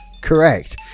correct